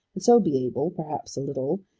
and so be able, perhaps a little,